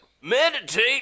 meditate